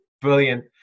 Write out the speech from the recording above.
Brilliant